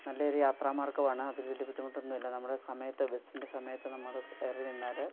നല്ല ഒരു യാത്രമാർഗ്ഗമാണ് അതിൽ വലിയ ബുദ്ധിമുട്ട് ഒന്നുമില്ല നമ്മുടെ സമയത്ത് ബസ്സിൻ്റെ സമയത്ത് നമ്മൾ ഇറങ്ങി നിന്നാൽ